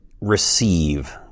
receive